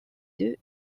deux